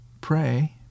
pray